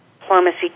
Diplomacy